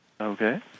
Okay